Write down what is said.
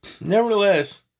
Nevertheless